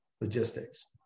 logistics